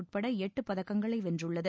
உட்பட எட்டு பதக்கங்களை வென்றுள்ளது